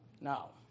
No